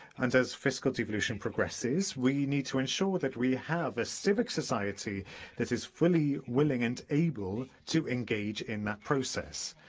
and as fiscal devolution progresses, we need to ensure that we have a civic society that is fully willing and able to engage in that process.